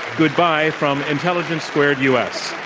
goodbye from intelligence squared us.